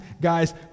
guys